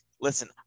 listen